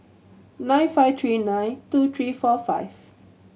nine five three nine two three four five